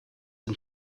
and